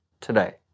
today